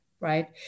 Right